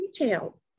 retail